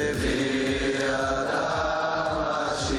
להודיעכם, כי הונחו היום על